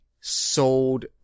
sold